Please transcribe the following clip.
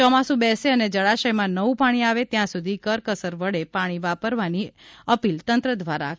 ચોમાસુ બેસે અને જળાશયમાં નવું પાણી આવે ત્યાં સુધી કરકસર વડે પાણી વાપરવાની અપીલ તંત્ર દ્વારા કરવામાં આવી છે